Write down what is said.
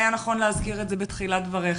היה נכון להזכיר את זה בתחילת דבריך.